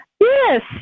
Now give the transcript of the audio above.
Yes